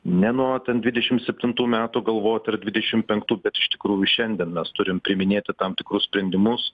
ne nuo ten dvidešim septintų metų galvot ar dvidešim penktų bet iš tikrųjų šiandien mes turim priiminėti tam tikrus sprendimus